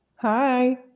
Hi